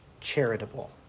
charitable